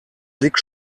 blick